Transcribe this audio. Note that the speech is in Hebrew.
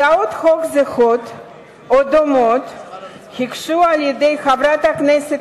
הצעות חוק זהות או דומות הוגשו על-ידי חברת הכנסת